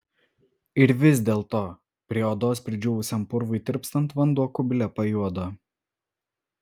ir vis dėlto prie odos pridžiūvusiam purvui tirpstant vanduo kubile pajuodo